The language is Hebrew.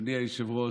אדוני היושב-ראש,